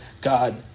God